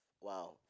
Wow